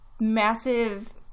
massive